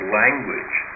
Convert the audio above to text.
language